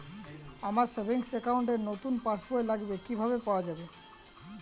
আমার savings account র নতুন পাসবই লাগবে কিভাবে পাওয়া যাবে?